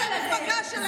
הכנסת אותם.